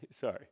Sorry